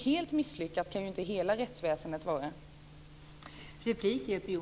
Helt misslyckat kan hela rättsväsendet alltså inte vara.